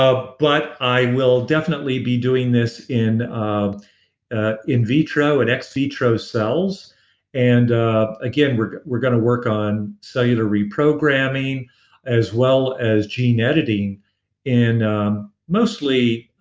ah but i will definitely be doing this is um ah in vitro and ex vitro cells and again, we're we're going to work on cellular reprogramming as well as gene editing in mostly